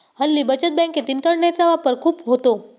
हल्ली बचत बँकेत इंटरनेटचा वापर खूप होतो